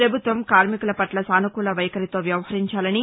పభుత్వం కార్మికులపట్ల సాసుకూల వైఖరితో వ్యవహరించాలని